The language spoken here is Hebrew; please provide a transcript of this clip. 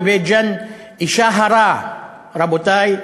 בבית-ג'ן אישה הרה, רבותי,